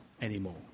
anymore